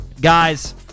Guys